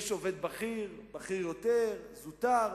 יש עובד בכיר, בכיר יותר, זוטר.